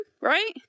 right